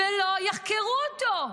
ולא יחקרו אותו.